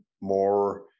more